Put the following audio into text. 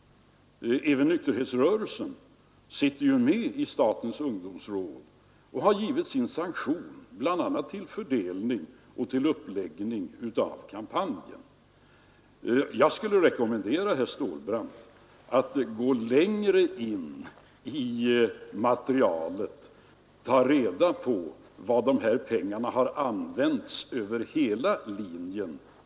Även nykterhetsrörelsen sitter ju med i statens ungdomsråd och har givit sin sanktion bl.a. till fördelning av medlen och till uppläggning av kampanjen. Jag skulle rekommendera herr Stålbrant att närmare studera materialet och ta reda på hur och för vilka ändamål pengarna har använts över hela linjen.